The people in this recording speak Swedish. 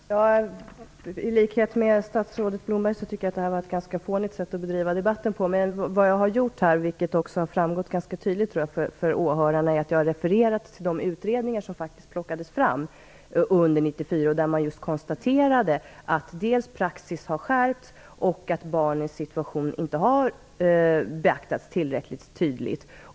Herr talman! I likhet med statsrådet Blomberg tycker jag att det var ett ganska fånigt sätt att bedriva debatt på. Vad jag har gjort, vilket jag också tror har framgått ganska tydligt för åhörarna, är att jag har refererat till de utredningar som faktiskt plockades fram under 1994. Man konstaterade där just att praxis har skärpts och att barnens situation inte har beaktats tillräckligt tydligt.